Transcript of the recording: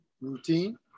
Routine